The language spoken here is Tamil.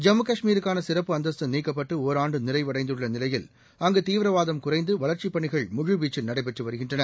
ஜம்மு காஷ்மீருக்கான சிறப்பு அந்தஸ்து நீக்கப்பட்டு ஒராண்டு நிறைவடைந்துள்ள நிலையில் அங்கு தீவிரவாதம் குறைந்து வளர்ச்சிப் பணிகள் முழுவீச்சில் நடைபெற்று வருகின்றன